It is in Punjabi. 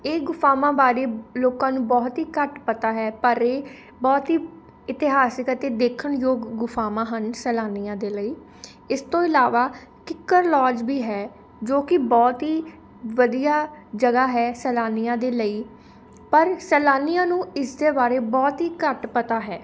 ਇਹ ਗੁਫਾਵਾਂ ਬਾਰੇ ਲੋਕਾਂ ਨੂੰ ਬਹੁਤ ਹੀ ਘੱਟ ਪਤਾ ਹੈ ਪਰ ਇਹ ਬਹੁਤ ਹੀ ਇਤਿਹਾਸਿਕ ਅਤੇ ਦੇਖਣ ਯੋਗ ਗੁ ਗੁਫਾਵਾਂ ਹਨ ਸੈਲਾਨੀਆਂ ਦੇ ਲਈ ਇਸ ਤੋਂ ਇਲਾਵਾ ਕਿੱਕਰ ਲੌਜ ਵੀ ਹੈ ਜੋ ਕਿ ਬਹੁਤ ਹੀ ਵਧੀਆ ਜਗ੍ਹਾ ਹੈ ਸੈਲਾਨੀਆਂ ਦੇ ਲਈ ਪਰ ਸੈਲਾਨੀਆਂ ਨੂੰ ਇਸ ਦੇ ਬਾਰੇ ਬਹੁਤ ਹੀ ਘੱਟ ਪਤਾ ਹੈ